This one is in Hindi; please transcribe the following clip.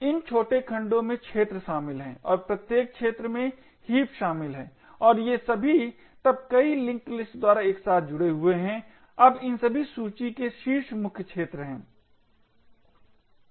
इन छोटे खंडों में क्षेत्र शामिल हैं और प्रत्येक क्षेत्र में हीप शामिल हैं और ये सभी तब कई लिंक लिस्ट द्वारा एक साथ जुड़े हुए हैं अब इन सभी सूची के शीर्ष मुख्य क्षेत्र हैं